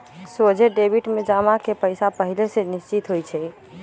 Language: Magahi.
सोझे डेबिट में जमा के पइसा पहिले से निश्चित होइ छइ